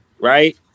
right